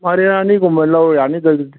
ꯃꯥꯏꯔꯦꯟ ꯑꯅꯤꯒꯨꯝꯕ ꯂꯧꯔ ꯌꯥꯅꯤꯗ ꯑꯗꯨꯗꯤ